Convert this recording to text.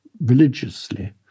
religiously